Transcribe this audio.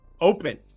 Open